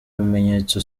bimenyetso